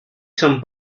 some